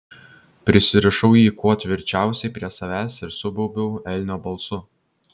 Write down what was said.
prisirišau jį kuo tvirčiausiai prie savęs ir subaubiau elnio balsu